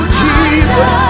jesus